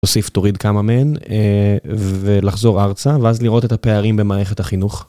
תוסיף תוריד כמה מהן ולחזור ארצה ואז לראות את הפערים במערכת החינוך.